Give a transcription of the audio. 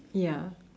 ya